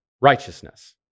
righteousness